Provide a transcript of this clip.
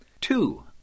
Two